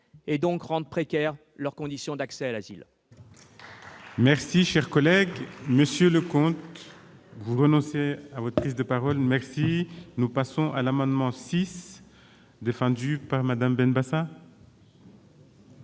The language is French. donc rendre précaires leurs conditions d'accès à l'asile.